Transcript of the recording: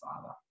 Father